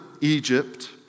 Egypt